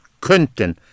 könnten